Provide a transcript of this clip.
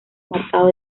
marcados